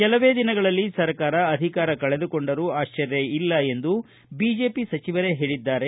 ಕೆಲವೇ ದಿನಗಳಲ್ಲಿ ಸರಕಾರ ಅಧಿಕಾರ ಕಳೆದುಕೊಂಡರೂ ಆಶ್ಚರ್ಯ ಇಲ್ಲ ಎಂದು ಬಿಜೆಪಿ ಸಚಿವರೇ ಹೇಳಿದ್ದಾರೆ